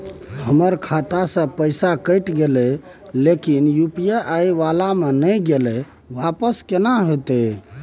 हमर खाता स पैसा कैट गेले इ लेकिन यु.पी.आई वाला म नय गेले इ वापस केना होतै?